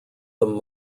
them